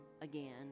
again